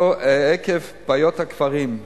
עקב בעיית הקברים,